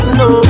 no